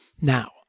Now